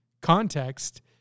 context